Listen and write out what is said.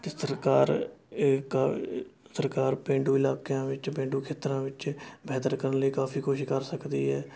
ਅਤੇ ਸਰਕਾਰ ਇਹ ਕਰ ਸਰਕਾਰ ਪੇਂਡੂ ਇਲਾਕਿਆਂ ਵਿੱਚ ਪੇਂਡੂ ਖੇਤਰਾਂ ਵਿੱਚ ਬੇਹਤਰ ਕਰਨ ਲਈ ਕਾਫ਼ੀ ਕੁਝ ਕਰ ਸਕਦੀ ਹੈ